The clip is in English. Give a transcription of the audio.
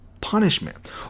punishment